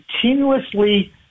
continuously